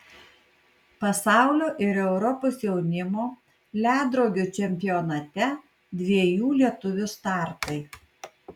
pasaulio ir europos jaunimo ledrogių čempionate dviejų lietuvių startai